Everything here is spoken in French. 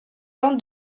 jean